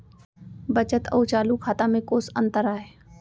बचत अऊ चालू खाता में कोस अंतर आय?